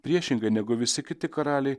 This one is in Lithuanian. priešingai negu visi kiti karaliai